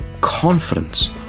confidence